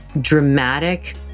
dramatic